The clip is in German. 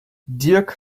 dirk